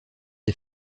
est